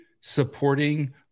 supporting